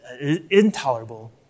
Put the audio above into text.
intolerable